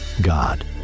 God